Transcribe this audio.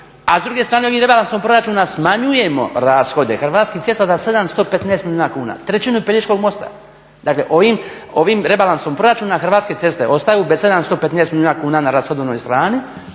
a s druge strane rebalansom proračuna smanjujemo rashode Hrvatskih cesta za 715 milijuna kuna, trećina Pelješkog mosta. Dakle, ovim rebalansom proračuna Hrvatske ceste ostaju bez 715 milijuna kuna na rashodovnoj strani,